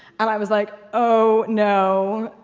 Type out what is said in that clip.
and i was like oh no!